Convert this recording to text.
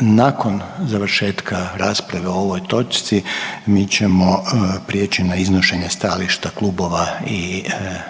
nakon završetka rasprave o ovoj točki mi ćemo prijeći na iznošenje stajališta klubova i